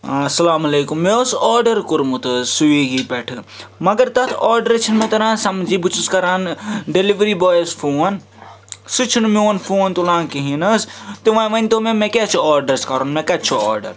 اَسَلامُ علیکُم مےٚ اوس آرڈَر کوٚرمُت حظ سُوِگی پٮ۪ٹھٕ مگر تَتھ آرڈَر حظ چھِنہٕ مےٚ تَران سَمجھی بہٕ چھُس کَران ڈیٚلِؤری بایَس فون سُہ چھُنہٕ میون فون تُلان کِہیٖنۍ نہٕ حظ تہٕ وۄنۍ ؤنۍتو مےٚ مےٚ کیٛاہ چھِ آرڈرَس کَرُن مےٚ کَتہِ چھُ آرڈَر